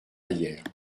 hyères